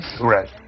right